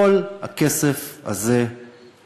את כל הכסף הזה בסוף